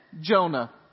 Jonah